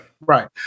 Right